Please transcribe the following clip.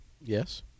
Yes